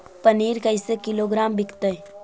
पनिर कैसे किलोग्राम विकतै?